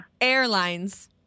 airlines